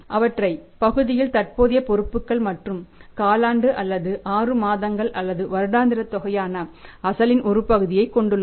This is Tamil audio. மற்றவை பகுதியில் தற்போதைய பொறுப்புக்கள் மற்றும் காலாண்டு அல்லது ஆறு மாதங்கள் அல்லது வருடாந்திர தொகையான அசலின் ஒரு பகுதியைக் கொண்டுள்ளது